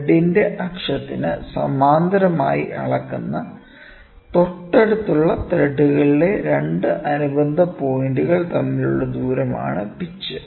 ത്രെഡിന്റെ അക്ഷത്തിന് സമാന്തരമായി അളക്കുന്ന തൊട്ടടുത്തുള്ള ത്രെഡുകളിലെ 2 അനുബന്ധ പോയിന്റുകൾ തമ്മിലുള്ള ദൂരമാണ് പിച്ച്